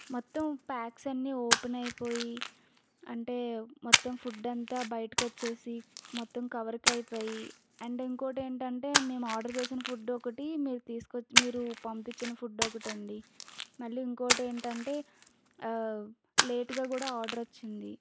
మొత్తం ఫ్యాక్స్ అన్నీ ఓపెన్ అయిపోయి అంటే మొత్తం ఫుడ్ అంతా బయటకు వచ్చి మొత్తం కవరుకు అయిపోయి అండ్ ఇంకోటి ఏంటంటే మేము ఆర్డర్ చేసిన ఫుడ్ ఒకటి మీరు తీసుకొని మీరు పంపించిన ఫుడ్ ఒకటి అండి మళ్లీ ఇంకోటి ఏంటంటే లేటుగా కూడా ఆర్డర్ వచ్చింది